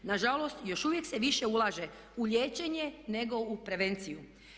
Na žalost, još uvijek se više ulaže u liječenje, nego u prevenciju.